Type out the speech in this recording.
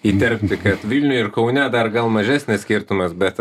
įterpti kad vilniuje ir kaune dar gal mažesnis skirtumas bet